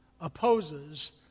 opposes